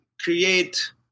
create